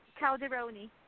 Calderoni